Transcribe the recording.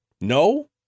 No